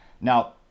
Now